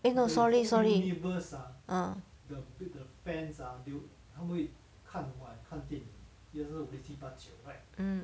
eh no sorry sorry ah mm